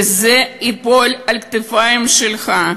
וזה ייפול על הכתפיים שלך.